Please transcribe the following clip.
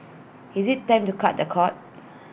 is IT time to cut the cord